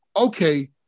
okay